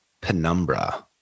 penumbra